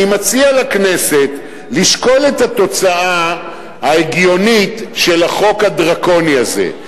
אני מציע לכנסת לשקול את התוצאה ההגיונית של החוק הדרקוני הזה.